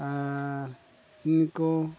ᱟᱨ ᱠᱤᱥᱱᱤ ᱠᱚ